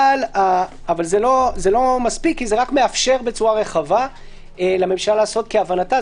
אבל זה לא מספיק כי זה רק מאפשר בצורה רחבה לממשלה לעשות כהבנתה.